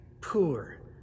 poor